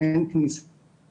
אין כניסה